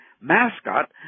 mascot